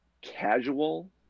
casual